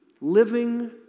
Living